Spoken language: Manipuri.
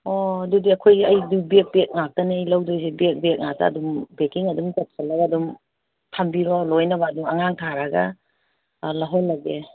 ꯑꯣ ꯑꯗꯨꯗꯤ ꯑꯩꯈꯣꯏꯒꯤ ꯑꯩꯗꯤ ꯕꯦꯛ ꯕꯦꯛ ꯉꯥꯛꯇꯅꯦ ꯂꯧꯗꯣꯏꯁꯦ ꯕꯦꯛ ꯕꯦꯛ ꯉꯥꯛꯇ ꯑꯗꯨꯝ ꯄꯦꯛꯀꯤꯡ ꯑꯗꯨꯝ ꯇꯧꯁꯜꯂꯒ ꯑꯗꯨꯝ ꯊꯝꯕꯤꯔꯣ ꯂꯣꯏꯅꯃꯛ ꯑꯗꯨꯝ ꯑꯉꯥꯡ ꯊꯥꯔꯛꯑꯒ ꯂꯧꯍꯜꯂꯒꯦ